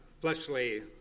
fleshly